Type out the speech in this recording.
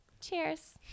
cheers